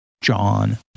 John